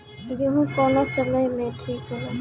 गेहू कौना समय मे ठिक होला?